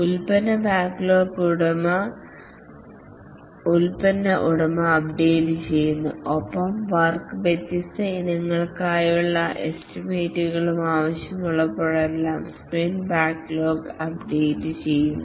ഉൽപ്പന്ന ബാക്ക്ലോഗ് ഉൽപ്പന്ന ഉടമ അപ്ഡേറ്റുചെയ്യുന്നു ഒപ്പം വർക്ക് വ്യത്യസ്ത ഇനങ്ങൾക്കായുള്ള എസ്റ്റിമേറ്റുകളും ആവശ്യമുള്ളപ്പോഴെല്ലാം സ്പ്രിൻറ് ബാക്ക്ലോഗും അപ്ഡേറ്റുചെയ്യുന്നു